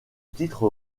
titre